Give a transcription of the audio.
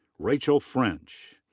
rachel french.